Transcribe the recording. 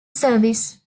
service